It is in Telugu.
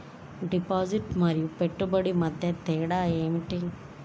డిపాజిట్ మరియు పెట్టుబడి మధ్య తేడా ఏమిటి?